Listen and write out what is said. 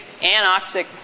anoxic